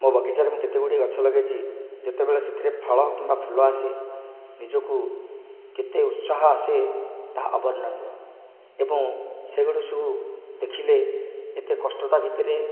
ମୋ' ବଗିଚା ରେ ମୁଁ କେତେଗୁଡ଼ିଏ ଗଛ ଲଗାଇଛି ଯେତେବେଳ ସେଥିରେ ଫଳ କିମ୍ବା ଫୁଲ ଆସେ ନିଜକୁ କେତେ ଉତ୍ସାହ ଆସେ ତାହା ଅବର୍ଣ୍ଣନୀୟ ଏବଂ ସେଗୁଡ଼ିକ ସବୁ ଦେଖିଲେ ଏତେ କଷ୍ଟତା ଭିତରେ